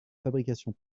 fabrication